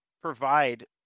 provide